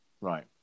right